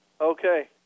Okay